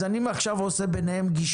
אז אני עכשיו עושה ביניהם גישור,